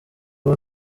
ubu